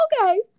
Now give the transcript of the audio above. okay